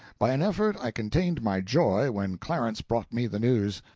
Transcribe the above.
by an effort, i contained my joy when clarence brought me the news.